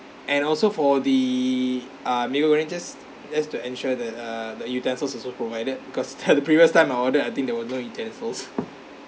and also for the ah Maggi goreng just just to ensure that uh the utensils also provided because the previous time I ordered I think there were no utensils